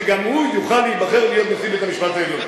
שגם הוא יוכל להיבחר להיות נשיא בית-המשפט העליון.